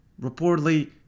reportedly